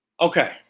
Okay